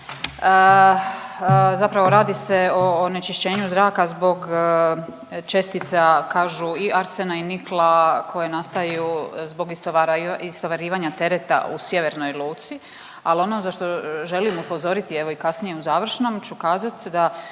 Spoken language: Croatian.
zapravo radi se o onečišćenju zraka zbog čestica, kažu i arsena i nikla koje nastaju zbog istovarivanja tereta u Sjevernoj luci. Ali za što želim upozoriti evo i kasnije u završnom ću kazati da